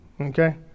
Okay